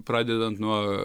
pradedant nuo